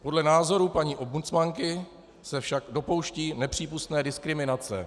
Podle názoru paní ombudsmanky se však dopouští nepřípustné diskriminace.